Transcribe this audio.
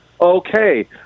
okay